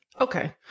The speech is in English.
Okay